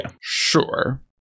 sure